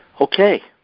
Okay